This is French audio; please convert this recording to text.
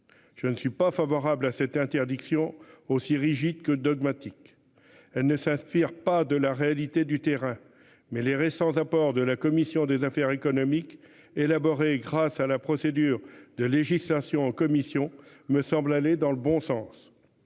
Je ne suis pas favorable à cette interdiction aussi rigide que dogmatique. Ne s'inspire pas de la réalité du terrain mais les récents rapports de la commission des affaires économiques élaboré grâce à la procédure de législation en commission me semble aller dans le bon sens.